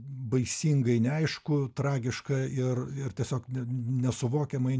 baisingai neaišku tragiška ir tiesiog nesuvokiamai